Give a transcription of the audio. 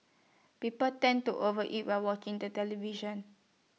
people tend to overeat while walking the television